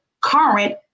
current